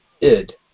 ID